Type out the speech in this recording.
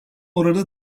oranı